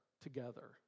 together